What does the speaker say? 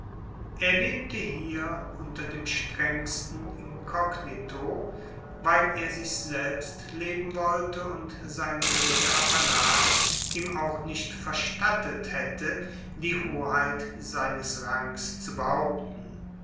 er lebte hier unter dem strengsten inkognito weil er sich selbst leben wollte und seine geringe apanage ihm auch nicht verstattet hätte die hoheit seines rangs zu behaupten